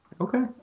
Okay